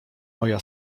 moja